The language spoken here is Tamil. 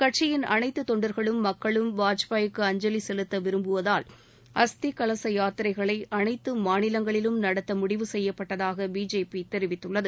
கட்சியின் அனைத்து தொண்டர்களும் மக்களும் வாஜ்பாயிக்கு அஞ்சலி செலுத்த விரும்புவதால் அஸ்தி கலச யாத்திரைகளை அளைத்து மாநிலங்களிலும் நடத்த முடிவு செய்யப்பட்டதாக பிஜேபி தெரிவித்துள்ளது